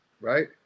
right